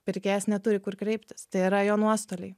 pirkėjas neturi kur kreiptis tai yra jo nuostoliai